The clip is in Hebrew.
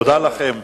תודה לכם,